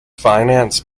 financed